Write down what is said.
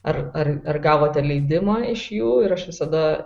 ar ar ar gavote leidimą iš jų ir aš visada